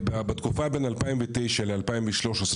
בתקופה בין 2009 ל-2013,